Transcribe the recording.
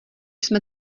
jsme